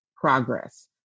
progress